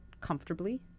comfortably